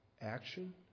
action